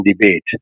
debate